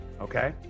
okay